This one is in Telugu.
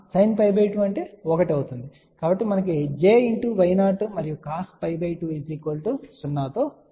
కాబట్టి cos 0 sin 1 కాబట్టి మనకు j Y0 మరియు cos 0 తో మిగిలిపోతాము